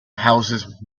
houses